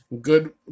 good